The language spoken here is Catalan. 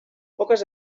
poques